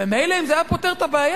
ומילא אם זה היה פותר את הבעיה,